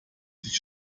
sich